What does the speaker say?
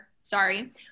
sorry